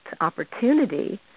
opportunity